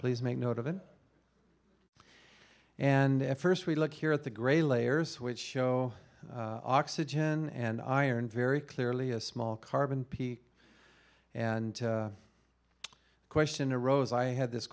please make note of it and first we look here at the gray layers which show oxygen and iron very clearly a small carbon p and question a rose i had this